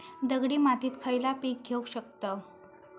दगडी मातीत खयला पीक घेव शकताव?